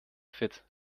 fit